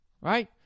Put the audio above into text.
Right